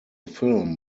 film